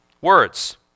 words